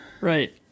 Right